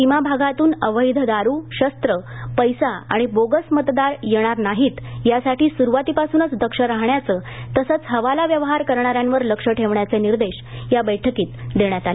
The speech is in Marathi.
सीमा भागातून अवैध दारू शस्त्र पैसा आणि बोगस मतदार येणार नाहीत यासाठी सुरुवातीपासूनच दक्ष राहण्याचं तसंच हवाला व्यवहार करणाऱ्यांवर लक्ष ठेवण्याचे निर्देश या बैठकीत देण्यात आले